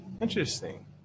interesting